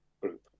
group